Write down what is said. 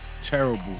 terrible